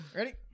Ready